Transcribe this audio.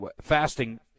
fasting